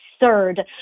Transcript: absurd